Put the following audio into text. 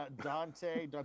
Dante